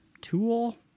tool